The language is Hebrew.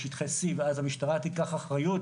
בשטחי C. ואז המשטרה תיקח אחריות.